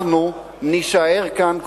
אנחנו נישאר כאן,